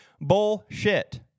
Bullshit